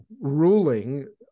ruling